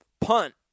punt